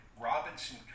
Robinson